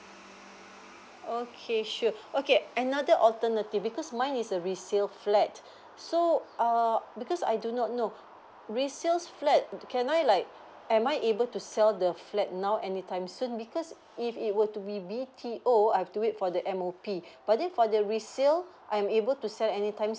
okay sure okay another alternative because mine is a resale flat so err because I do not know resale flat can I like am I able to sell the flat now anytime soon because if it were to be B_T_O I have to wait for the M_O_P but then for the resale I'm able to sell any time